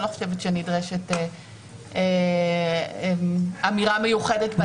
אני לא חושבת שנדרשת אמירה מיוחדת בעניין הזה.